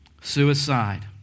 suicide